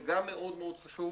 זה גם מאוד חשוב,